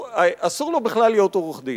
אסור לו בכלל להיות עורך-דין.